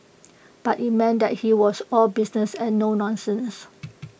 but IT meant that he was all business and no nonsense